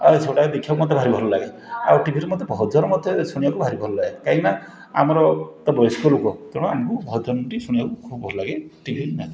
ଆଏ ସେଇଟା ହିଁ ଦେଖିବାକୁ ମୋତେ ଭାରି ଭଲଲାଗେ ଆଉ ଟିଭିରେ ମୋତେ ଭଜନ ମୋତେ ଶୁଣିବାକୁ ଭାରି ଭଲଲାଗେ କାଇଁକିନା ଆମର ତ ବୟସ୍କ ଲୋକ ତେଣୁ ଆମକୁ ଭଜନଟି ଶୁଣିବାକୁ ଖୁବ୍ ଭଲଲାଗେ ଟି ଭି ମାଧ୍ୟମ